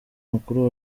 mukuru